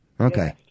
Okay